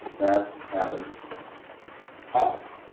that happens often.